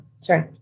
Sorry